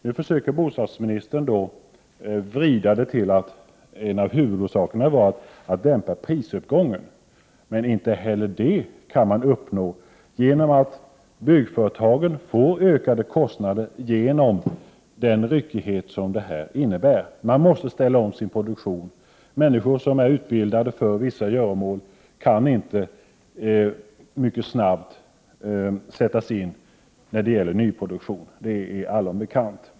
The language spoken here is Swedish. Nu försöker bostadsministern vrida det hela till att en av huvudorsakerna till åtgärderna var att dämpa prisuppgången. Men inte heller det kan man uppnå genom att ge byggföretagen ökade kostnader på grund av den ryckighet som detta innebär. Byggföretagen måste ställa om sin produktion. Människor som är utbildade för vissa göromål kan inte mycket snabbt sättas in när det gäller nyproduktion, det är allom bekant.